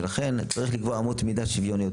ולכן, צריך לקבוע אמות מידה שוויוניות.